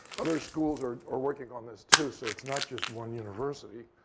other schools are are working on this, too. so it's not just one university.